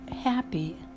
happy